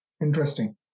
Interesting